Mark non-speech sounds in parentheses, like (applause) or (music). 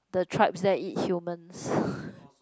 the tribes there eat humans (breath)